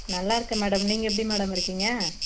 நல்லாயிருக்கேன் மேடம் நீங்கள் எப்படி மேடம் இருக்கீங்க